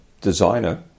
designer